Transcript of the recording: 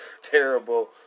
Terrible